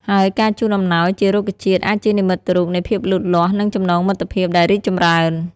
ហើយការជូនអំណោយជារុក្ខជាតិអាចជានិមិត្តរូបនៃភាពលូតលាស់ និងចំណងមិត្តភាពដែលរីកចម្រើន។